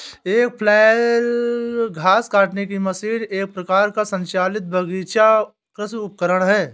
एक फ्लैल घास काटने की मशीन एक प्रकार का संचालित बगीचा कृषि उपकरण है